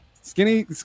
skinny